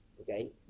Okay